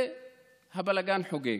והבלגן חוגג,